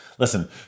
Listen